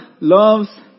loves